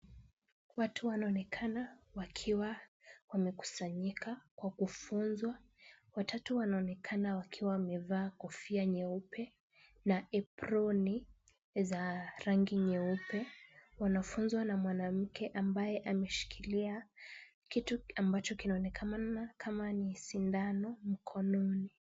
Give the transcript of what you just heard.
Watu wanaonekana wakiwa wamekusanyika kwa kufunzwa, watatu wanaonekana wakiwa wamevaa kofia nyeupe na aproni za rangi nyeupe. Wanafunzwa na mwanamke ambaye ameshikilia kitu ambacho kinaonekana kama ni sindano mkononi.